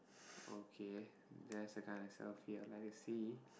okay that's a kind of selfie I'd like to see